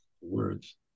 words